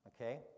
Okay